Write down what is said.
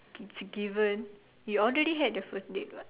it's given you already had the first date what